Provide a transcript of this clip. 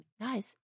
guys